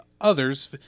others